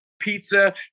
pizza